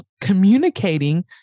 communicating